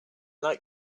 like